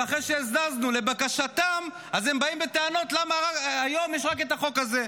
ואחרי שהזזנו לבקשתם הם באים בטענות למה היום יש רק את החוק הזה.